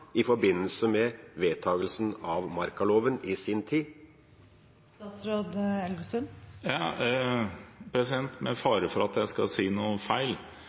i forbindelse med vedtakelsen av markaloven i sin tid. Med fare for at jeg skal si noe feil,